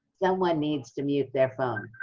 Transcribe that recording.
someone needs to mute their phone.